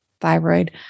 thyroid